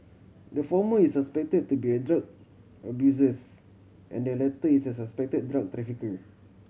the former is suspected to be a drug abusers and the latter is a suspected drug trafficker